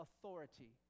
authority